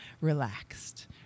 relaxed